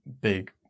big